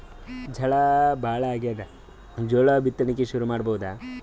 ಝಳಾ ಭಾಳಾಗ್ಯಾದ, ಜೋಳ ಬಿತ್ತಣಿಕಿ ಶುರು ಮಾಡಬೋದ?